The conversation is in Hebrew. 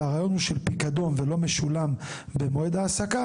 והרעיון הוא שפיקדון ולא משולם במועד ההעסקה